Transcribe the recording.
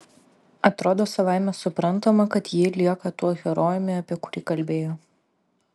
atrodo savaime suprantama kad ji lieka tuo herojumi apie kurį kalbėjo